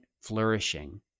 flourishing